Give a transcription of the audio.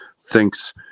thinks